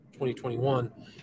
2021